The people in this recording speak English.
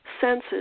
senses